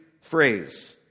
phrase